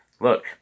Look